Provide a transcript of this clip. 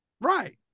Right